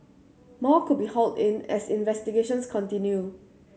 more could be hauled in as investigations continue